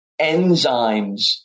enzymes